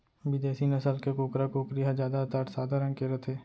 बिदेसी नसल के कुकरा, कुकरी ह जादातर सादा रंग के रथे